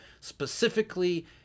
specifically